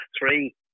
three